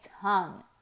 tongue